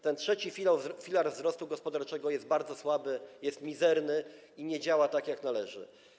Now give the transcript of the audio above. Ten trzeci filar wzrostu gospodarczego jest bardzo słaby, jest mizerny i nie działa tak, jak należy.